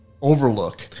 overlook